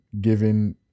given